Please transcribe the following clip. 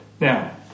Now